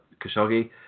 Khashoggi